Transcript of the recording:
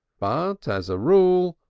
but, as a rule,